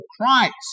Christ